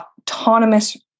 autonomous